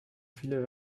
viele